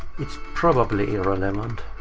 it is probably irrelevant.